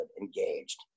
engaged